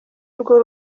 urwo